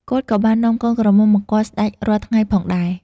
គាត់ក៏បាននាំកូនក្រមុំមកគាល់សេ្តចរាល់ថៃ្ងផងដែរ។